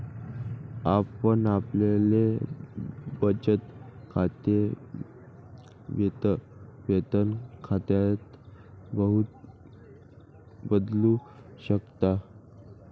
आपण आपले बचत खाते वेतन खात्यात बदलू शकता